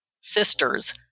sisters